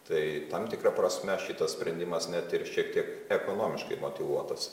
tai tam tikra prasme šitas sprendimas net ir šiek tiek ekonomiškai motyvuotas